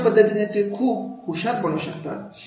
अशा पद्धतीने ते खूप हुशार बनू शकतात